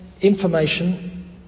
information